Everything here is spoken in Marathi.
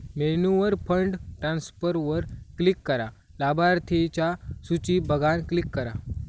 मेन्यूवर फंड ट्रांसफरवर क्लिक करा, लाभार्थिंच्या सुची बघान क्लिक करा